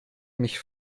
mich